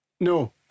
No